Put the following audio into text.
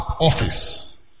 office